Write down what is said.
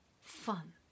fun